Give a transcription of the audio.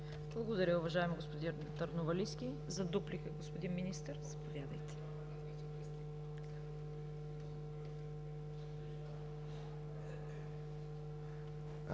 Благодаря, уважаеми господин Търновалийски. За дуплика – господин Министър, заповядайте.